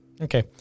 Okay